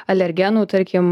alergenų tarkim